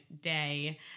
day